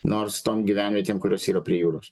nors tom gyvenvietėm kurios yra prie jūros